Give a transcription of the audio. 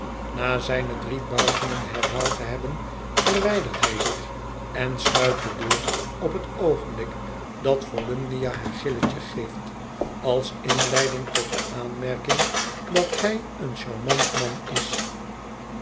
na zijne drie buigingen herhaald te hebben verwijdert hij zich en sluit de deur op het oogenblik dat volumnia haar gilletje geeft als inleiding tot de aanmerking dat hij een charmant man is